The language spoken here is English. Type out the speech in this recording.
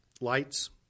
lights